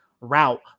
route